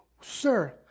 Sir